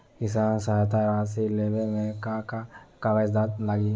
किसान सहायता राशि लेवे में का का कागजात लागी?